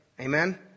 Amen